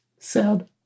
Sad